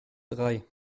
drei